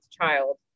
child